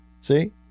See